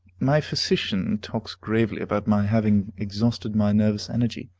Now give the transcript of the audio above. my physician talks gravely about my having exhausted my nervous energy,